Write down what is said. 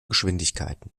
geschwindigkeiten